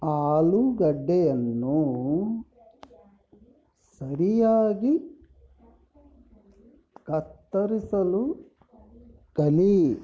ಆಲೂಗಡ್ಡೆಯನ್ನು ಸರಿಯಾಗಿ ಕತ್ತರಿಸಲು ಕಲಿ